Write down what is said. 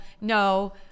no